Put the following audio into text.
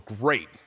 great